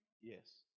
Yes